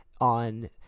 on